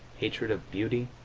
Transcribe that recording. hatred of beauty,